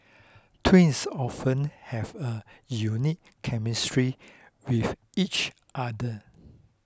twins often have a unique chemistry with each other